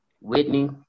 Whitney